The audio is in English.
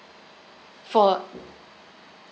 for